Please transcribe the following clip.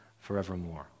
forevermore